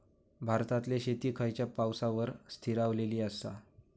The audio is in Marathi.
भारतातले शेती खयच्या पावसावर स्थिरावलेली आसा?